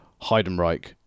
Heidenreich